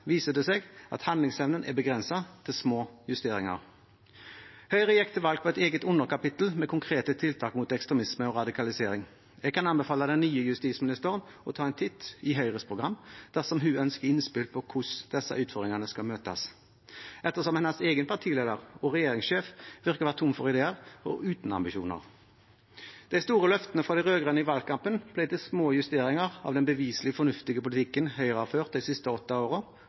viser det seg at handlingsevnen er begrenset til små justeringer. Høyre gikk til valg på et eget underkapittel med konkrete tiltak mot ekstremisme og radikalisering. Jeg kan anbefale den nye justisministeren å ta en titt i Høyres program dersom hun ønsker innspill til hvordan disse utfordringene skal møtes, ettersom hennes egen partileder og regjeringssjef virker å være tom for ideer og uten ambisjoner. De store løftene fra de rød-grønne i valgkampen ble til små justeringer av den beviselig fornuftige politikken Høyre har ført de siste åtte